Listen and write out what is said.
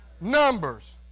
numbers